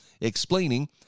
explaining